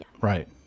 right